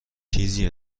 چیزی